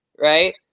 right